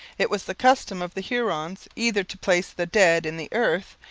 it was the custom of the hurons either to place the dead in the earth,